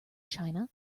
china